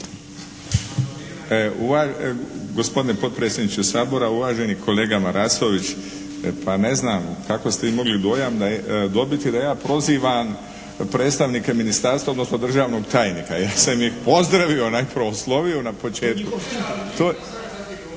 Gospodine potpredsjedniče Sabora, uvaženi kolega Marasović! Pa, ne znam kako ste vi mogli dojam dobiti da ja prozivam predstavnike ministarstva odnosno državnog tajnika. Ja sam ih pozdravio, najprije oslovio na početku.